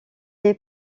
est